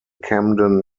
camden